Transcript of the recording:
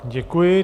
Děkuji.